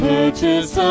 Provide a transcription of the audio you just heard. Purchase